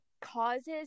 causes